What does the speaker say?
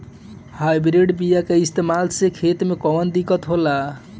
Hybrid बीया के इस्तेमाल से खेत में कौन दिकत होलाऽ?